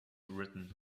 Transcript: written